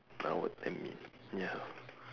now what timing ya